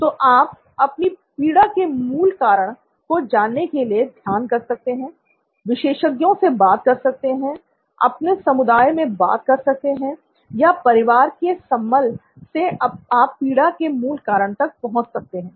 तो आप अपनी पीड़ा के मूल कारण को जानने के लिए ध्यान कर सकते हैं विशेषज्ञों से बात कर सकते हैं अपने समुदाय में बात कर सकते हैं या परिवार के सम्बल से आप पीड़ा के मूल कारण तक पहुंच सकते हैं